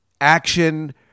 action